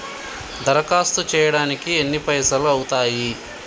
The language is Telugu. దరఖాస్తు చేయడానికి ఎన్ని పైసలు అవుతయీ?